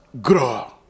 grow